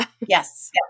Yes